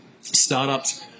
startups